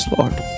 Lord